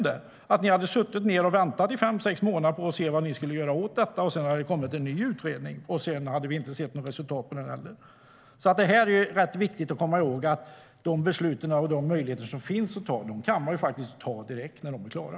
Då hade ni suttit ned och väntat i fem sex månader på att se vad ni skulle göra åt detta, och därefter hade det kommit en ny utredning. Sedan hade vi inte sett något resultat av det heller. Det är alltså rätt viktigt att komma ihåg att man faktiskt kan ta de beslut som finns att ta direkt när de är klara.